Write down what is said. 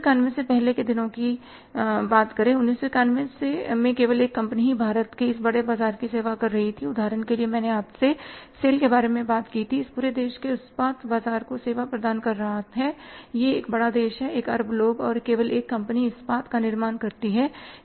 1991 से पहले के दिनों की बात गई 1991 में केवल एक कंपनी ही भारत के इस बड़े बाजार की सेवा कर रही थी उदाहरण के लिए मैंने आपसे सेल SAIL के बारे में बात की थी इस पूरे देश के इस्पात बाजार को सेवा प्रदान कर रहा है यह एक बड़ा देश है एक अरब लोग और केवल एक कंपनी इस्पात का निर्माण करती है